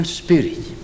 spirit